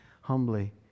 humbly